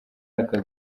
aka